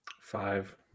Five